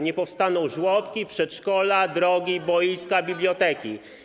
Nie powstaną żłobki, przedszkola, drogi, boiska, biblioteki.